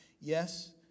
Yes